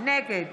נגד